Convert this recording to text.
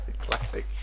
classic